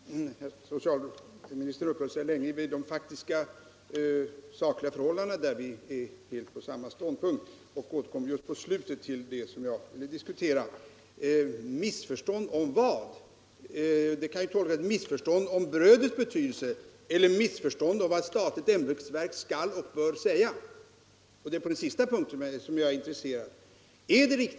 Herr talman! Socialministern uppehöll sig länge vid de faktiska och sakliga förhållandena, där vi intar samma ståndpunkt, och återkom först mot slutet av sitt anförande till det som jag vill diskutera. Missförstånd — om vad? Det kan ju tolkas som ett missförstånd om brödets betydelse eller som ett missförstånd om vad ett statligt ämbetsverk skall och bör säga. Det är på den sistnämnda punkten som jag är intresserad av att få besked.